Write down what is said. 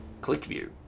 ClickView